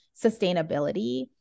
sustainability